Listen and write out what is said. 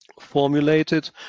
formulated